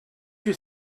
you